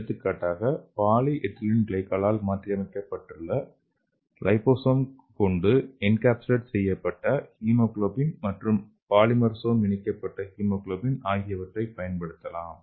எடுத்துக்காட்டாக பாலிஎதிலீன் கிளைகோலால் மாற்றியமைக்கப்பட்ட லிபோசோம் கொண்டு என்கேப்சுலேட் செய்யப்பட்ட ஹீமோகுளோபின் மற்றும் பாலிமர்சோம் இணைக்கப்பட்ட ஹீமோகுளோபின் ஆகியவற்றைப் பயன்படுத்தலாம்